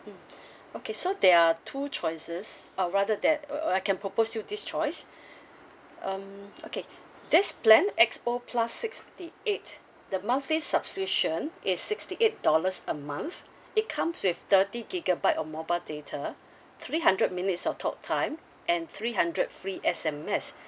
mm okay so there are two choices or rather that uh I can propose you this choice um okay this plan X_O plus sixty eight the monthly subscription is sixty eight dollars a month it comes with thirty gigabyte of mobile data three hundred minutes of talk time and three hundred free S_M_S